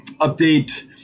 update